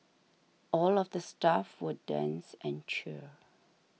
all of the staff will dance and cheer